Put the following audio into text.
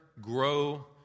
grow